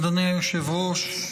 אדוני היושב-ראש,